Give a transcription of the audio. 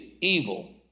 evil